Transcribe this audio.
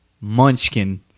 Munchkin